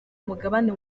mugabane